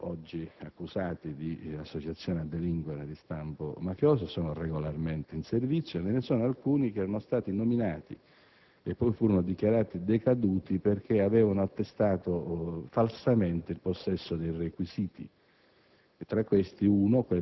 riferisco ad Aiello - oggi accusati di associazione a delinquere di stampo mafioso, sono regolarmente in servizio; ve ne sono alcuni nominati e poi dichiarati decaduti perché avevano attestato falsamente il possesso dei requisiti.